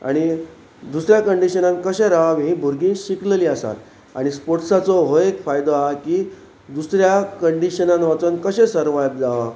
आनी दुसऱ्या कंडिशनान कशें रावप ही भुरगीं शिकलेलीं आसात आनी स्पोर्ट्साचो हो एक फायदो आसा की दुसऱ्या कंडिशनान वचोन कशें सर्वायव जाव